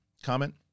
comment